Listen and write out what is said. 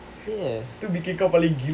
ya